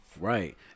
right